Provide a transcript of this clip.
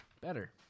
Better